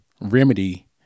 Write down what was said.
remedy